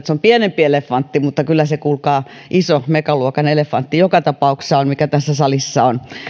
se on pienempi elefantti mutta kyllä se kuulkaa iso megaluokan elefantti joka tapauksessa on mikä tässä salissa on